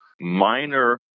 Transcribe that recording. minor